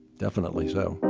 definitely so